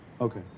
Okay